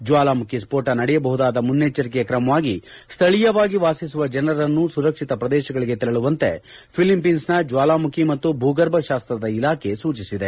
ಜ್ವಾಲಾಮುಖಿ ಸ್ಪೋಟ ನಡೆಯಬಹುದಾದ ಮುನ್ನೆಚ್ಚರಿಕೆಯ ಕ್ರಮವಾಗಿ ಸ್ವಳೀಯವಾಗಿ ವಾಸಿಸುವ ಜನರನ್ನು ಸುರಕ್ಷಿತ ಪ್ರದೇಶಗಳಿಗೆ ತೆರಳುವಂತೆ ಫಿಲಿಒೕನ್ಸ್ನ ಜ್ವಾಲಾಮುಖಿ ಮತ್ತು ಭೂಗರ್ಭ ತಾಸ್ತದ ಇಲಾಖೆ ಸೂಚಿಸಿದೆ